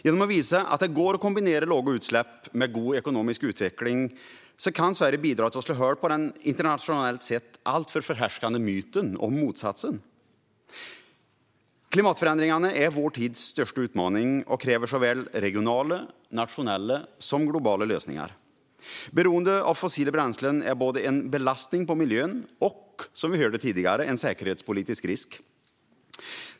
Genom att visa att det går att kombinera låga utsläpp med god ekonomisk utveckling kan Sverige bidra till att slå hål på den internationellt sett alltför förhärskande myten om motsatsen. Klimatförändringarna är vår tids största utmaning och kräver såväl regionala och nationella som globala lösningar. Beroendet av fossila bränslen är både en belastning på miljön och, som vi hörde tidigare, en säkerhetspolitisk risk.